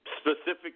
specific